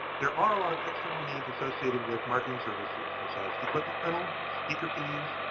there are a lot of external needs associated with marketing services, such as equipment rental, speaker fees,